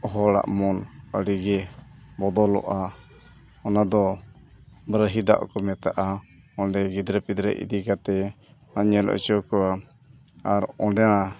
ᱦᱚᱲᱟᱜ ᱢᱚᱱ ᱟᱹᱰᱤ ᱜᱮ ᱵᱚᱫᱚᱞᱚᱜᱼᱟ ᱚᱱᱟᱫᱚ ᱨᱟᱹᱦᱤ ᱫᱟᱜ ᱠᱚ ᱢᱮᱛᱟᱜᱼᱟ ᱚᱸᱰᱮ ᱜᱤᱫᱽᱨᱟᱹ ᱯᱤᱫᱽᱨᱟᱹ ᱤᱫᱤ ᱠᱟᱛᱮᱫ ᱧᱮᱞ ᱦᱚᱪᱚ ᱠᱚᱢ ᱟᱨ ᱚᱸᱰᱮ